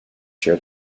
share